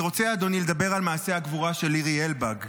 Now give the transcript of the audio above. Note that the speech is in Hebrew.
אני רוצה לדבר על מעשה הגבורה של לירי אלבג.